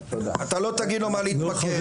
אתה לא תגיד לו במה להתמקד.